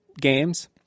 games